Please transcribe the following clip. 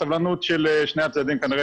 ככל שעבר הזמן הסבלנות של שני הצדדים כנראה